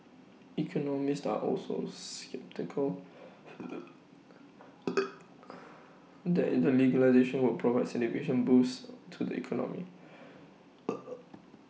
economists are also sceptical that the legislation would provide significant boost to the economy